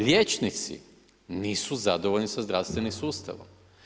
Liječnici nisu zadovoljni sa zdravstvenim sustavom.